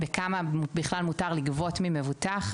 כמה בכלל מותר לגבות ממבוטח.